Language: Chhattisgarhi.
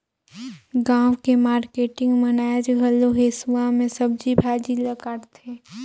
गाँव के मारकेटिंग मन आयज घलो हेसुवा में सब्जी भाजी ल काटथे